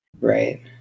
right